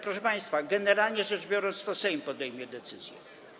Proszę państwa, generalnie rzecz biorąc, to Sejm podejmie decyzję.